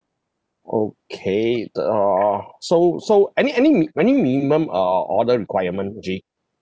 okay the uh so so any any mi~ any minimum err order requirement actually